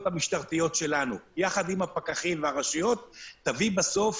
המשטרתיות שלנו יחד עם הפקחים והרשויות תביא בסוף